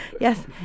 Yes